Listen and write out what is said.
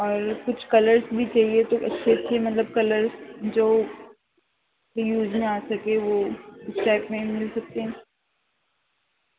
اور کچھ کلرس بھی چاہیے تو اچھے اچھے مطلب کلرس جو یوز میں آ سکے وہ اس ٹائپ میں مل سکتے